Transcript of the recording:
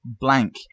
Blank